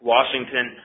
Washington